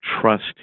trust